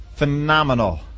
phenomenal